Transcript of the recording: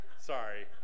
Sorry